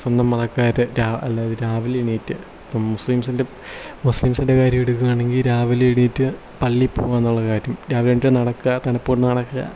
സ്വന്തം മതക്കാർ രാവിലെ എണീറ്റ് ഇപ്പം മുസ്ലിംസിൻ്റെ മുസ്ലിംസിൻ്റെ കാര്യം എടുക്കുകയാണെങ്കിൽ രാവിലെ എണീറ്റ് പള്ളിയിൽ പോകാനുള്ള കാര്യം രാവിലെ തന്നെ നടക്കുക തണുപ്പ് കൊണ്ട് നടക്കുക